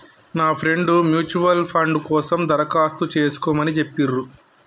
నా friend mutual fund కోసం దరఖాస్తు చేస్కోమని చెప్పిర్రు